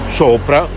sopra